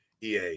EA